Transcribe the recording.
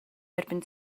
derbyn